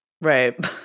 Right